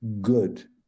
Good